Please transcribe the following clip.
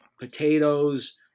potatoes